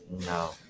No